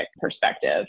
perspective